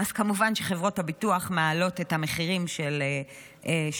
אז כמובן שחברות הביטוח מעלות את המחירים של הביטוח.